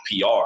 PR